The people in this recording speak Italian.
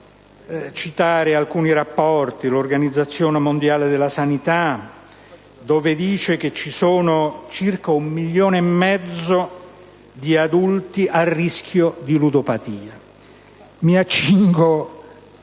altri, un rapporto dell'Organizzazione mondiale della sanità, nel quale si dice che ci sono circa un milione e mezzo di adulti a rischio di ludopatia. Mi accingo